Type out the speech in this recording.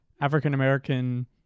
African-American